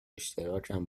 اشتراکم